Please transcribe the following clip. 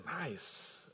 nice